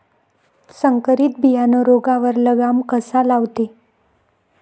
संकरीत बियानं रोगावर लगाम कसा लावते?